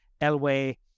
elway